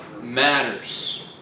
matters